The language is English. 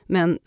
Men